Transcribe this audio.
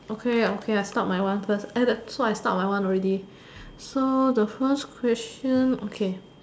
okay ah okay I stop my one first and so that's why I stop my one already so the first question okay